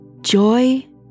joy